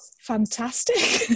fantastic